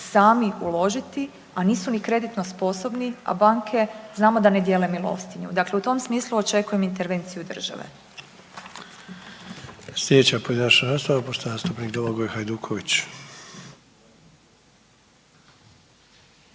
sami uložiti, a nisu ni kreditno sposobni a banke znamo da ne dijele milostinju. Dakle, u tom smislu očekujem intervenciju države.